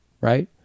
right